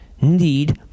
need